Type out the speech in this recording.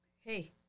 hey